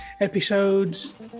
episodes